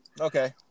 Okay